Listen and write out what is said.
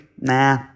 Nah